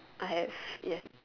I have yes